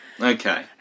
Okay